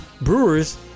brewers